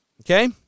Okay